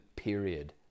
period